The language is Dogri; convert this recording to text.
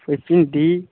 कोई भिंडी